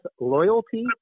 loyalty